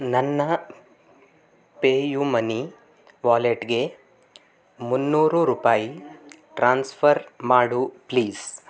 ನನ್ನ pay u money ವಾಲೆಟ್ಗೆ ಮುನ್ನೂರು ರೂಪಾಯಿ ಟ್ರಾನ್ಸ್ಫರ್ ಮಾಡು ಪ್ಲೀಸ್